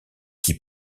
qui